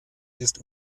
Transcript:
ist